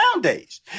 days